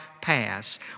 pass